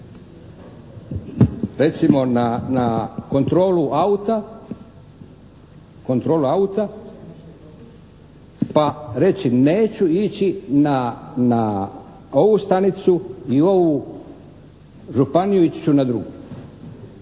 recimo na kontrolu auta pa reći neću ići na ovu stanicu ni u ovu županiju, ići ću na drugu.